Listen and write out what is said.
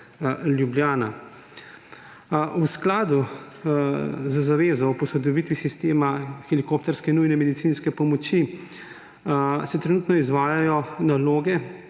Ljubljana. V skladu z zavezo o posodobitvi sistema helikopterske nujne medicinske pomoči se trenutno izvajajo naloge,